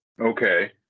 Okay